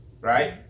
right